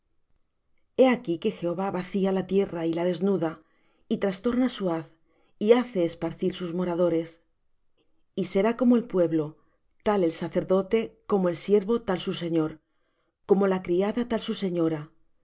he aquí que jehová vacía la tierra y la desnuda y trastorna su haz y hace esparcir sus moradores y será como el pueblo tal el sacerdote como el siervo tal su señor como la criada tal su señora